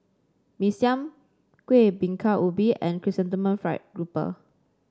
Mee Siam Kuih Bingka Ubi and Chrysanthemum Fried Grouper